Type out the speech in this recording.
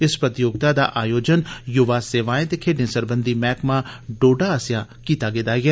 इस प्रतियोगिता दा आयोजन य्वा सेवाएं ते खेड्डें सरबंधी मैहकमा डोडा आस्सेया कीता गेदा ऐ